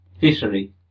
fishery